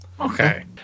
Okay